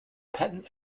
patent